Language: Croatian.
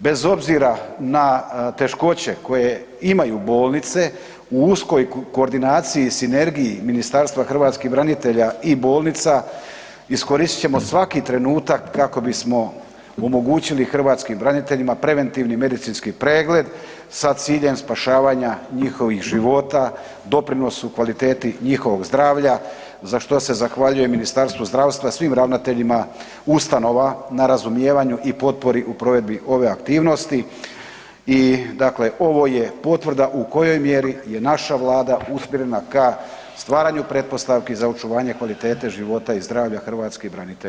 bez obzira na teškoće koje imaju bolnice u uskoj koordinaciji, sinergiji Ministarstva hrvatskih branitelja i bolnica iskoristit ćemo svaki trenutak kako bismo omogućili hrvatskim braniteljima preventivni medicinski pregled sa ciljem spašavanja njihovih života, doprinosu, kvaliteti njihovog zdravlja za što se zahvaljujem Ministarstvu zdravstva, svim ravnateljima ustanova na razumijevanju i potpori u provedbi ove aktivnosti i dakle ovo je potvrda u kojoj mjeri je naša Vlada usmjerena ka stvaranju pretpostavki za očuvanje kvalitete života i zdravlja hrvatskih branitelja.